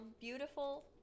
beautiful